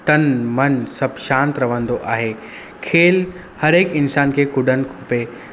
तनु मनु सभु शांति रहंदो आहे खेल हर हिकु इंसानु कुॾनि खपे